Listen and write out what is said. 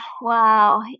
wow